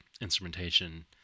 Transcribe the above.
instrumentation